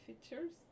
features